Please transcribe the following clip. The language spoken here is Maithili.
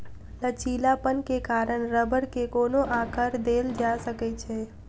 लचीलापन के कारण रबड़ के कोनो आकर देल जा सकै छै